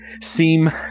seem